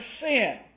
sin